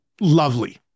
Lovely